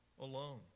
alone